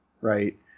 right